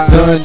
Done